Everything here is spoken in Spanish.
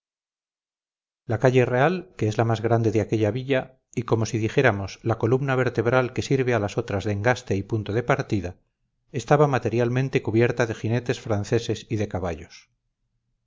la calle real que es la más grande de aquella villa y como si dijéramos la columna vertebral que sirve a las otras de engaste y punto de partida estaba materialmente cubierta de jinetes franceses y de caballos